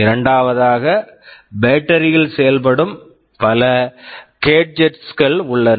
இரண்டாவதாக battery battery யில் செயல்படும் பல கேட்ஜெட்ஸ் gadgets கள் உள்ளன